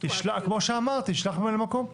כמו שאמרתי, שלח ממלא מקום.